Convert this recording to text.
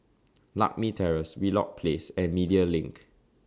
Lakme Terrace Wheelock Place and Media LINK